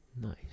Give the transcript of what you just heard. nice